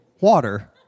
water